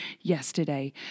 yesterday